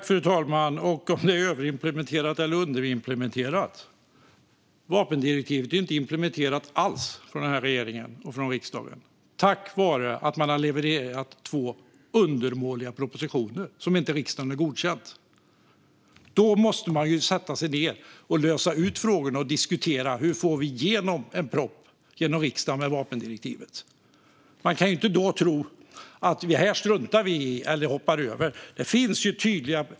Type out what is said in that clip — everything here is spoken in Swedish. Fru talman! När det gäller om det är överimplementerat eller underimplementerat är vapendirektivet inte implementerat alls från regeringen och riksdagen till följd av att man har levererat två undermåliga propositioner som riksdagen inte har godkänt. Då måste man sätta sig ned och lösa frågorna och diskutera hur man får igenom en proposition om vapendirektivet i riksdagen. Man kan inte tro att man kan strunta i eller hoppa över det.